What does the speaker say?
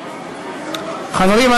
חברים,